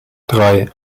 drei